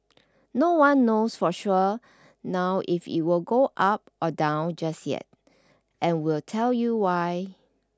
no one knows for sure now if it will go up or down just yet and we'll tell you why